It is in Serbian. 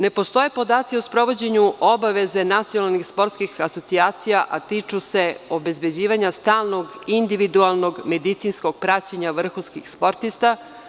Ne postoje podaci o sprovođenju obaveze nacionalnih sportskih asocijacija, a tiču se obezbeđivanja stalnog individualnog medicinskog praćenja vrhunskih sportista.